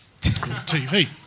TV